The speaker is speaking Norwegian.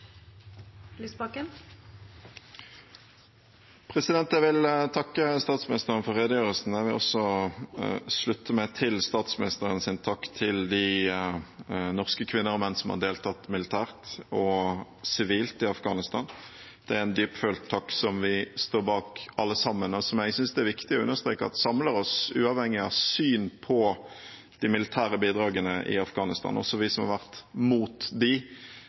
Jeg vil takke statsministeren for redegjørelsen. Jeg vil også slutte meg til statsministerens takk til de norske kvinner og menn som har deltatt militært og sivilt i Afghanistan. Det er en dyptfølt takk som vi står bak alle sammen, og som jeg synes det er viktig å understreke at samler oss, uavhengig av syn på de militære bidragene i Afghanistan. Også vi som har vært mot